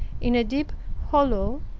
in a deep hollow.